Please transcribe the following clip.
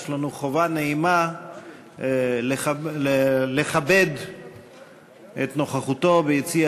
יש לנו חובה נעימה לכבד את נוכחותו ביציע